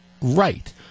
right